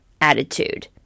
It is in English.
attitude